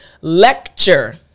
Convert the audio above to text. lecture